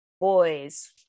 Boys